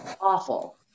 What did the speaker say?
awful